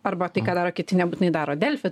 arba tai ką daro kiti nebūtinai daro delfi